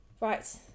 Right